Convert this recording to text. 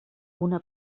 una